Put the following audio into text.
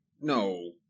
No